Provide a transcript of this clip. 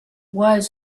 was